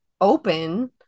open